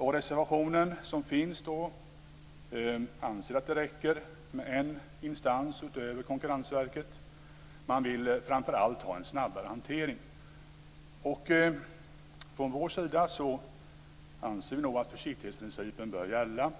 I reservationen som finns anser man att det räcker med en instans utöver Konkurrensverket. Man vill framför allt ha en snabbare hantering. Från vår sida anser vi att försiktighetsprincipen bör gälla.